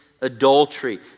adultery